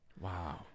Wow